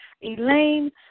Elaine